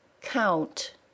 count